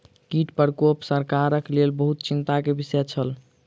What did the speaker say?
कीट प्रकोप सरकारक लेल बहुत चिंता के विषय छल